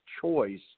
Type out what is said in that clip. choice